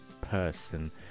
person